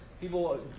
people